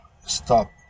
stop